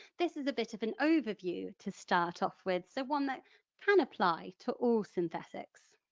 this is a bit of an overview to start-off with so one that can apply to all synthetics.